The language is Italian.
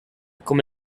come